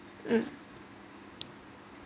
um